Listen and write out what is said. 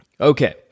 Okay